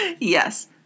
Yes